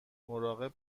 مراقب